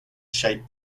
shape